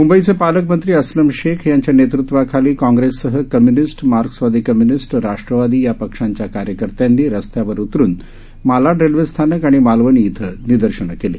मंबईचेपालकमंत्रीअस्लमशेखयांच्यानेतत्वाखालीकाॅंग्रेससहकम्युनिस्ट मार्क्सवादीकम्युनिस्ट राष्ट्रवादीयापक्षांच्याकार्यकर्त्यानीरस्त्यावरउतरुनमालाडरेल्वेस्थानकआणिमालवणीइथंनिदर्शनंकेली